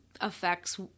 affects